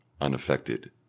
unaffected